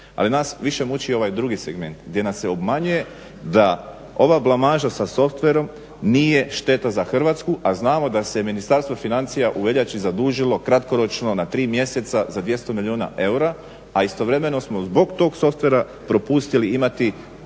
Ali nas više muči ovaj drugi segment gdje nas se obmanjuje da ova blamaža sa softverom nije šteta za Hrvatsku, a znamo da se Ministarstvo financija u veljači zadužilo kratkoročno na 3 mjeseca za 200 milijuna eura, a istovremeno smo zbog tog softvera propustili imati